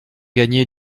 gagné